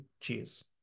Cheers